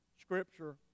Scripture